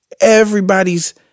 Everybody's